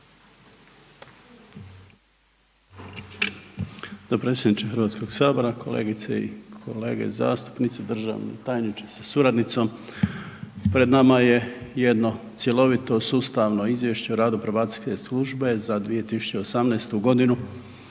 Dopredsjedniče Hrvatskog sabora, kolegice i kolege zastupnici, državni tajniče sa suradnicom, pred nama je jedno cjelovito sustavno Izvješće o radu probacijske službe za 2018. godinu